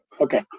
Okay